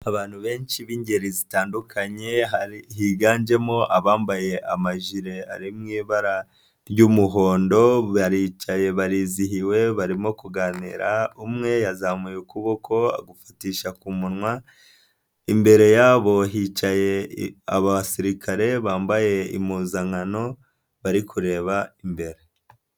Abantu benshi b'ingeri zitandukanye higanjemo abambaye amajire ari mu ibara ry'umuhondo, baricaye barizihiwe, barimo kuganira umwe yazamuye ukuboko agufatisha ku munwa, imbere yabo hicaye abasirikare bambaye impuzankano bari kureba imbere.